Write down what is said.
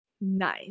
Nice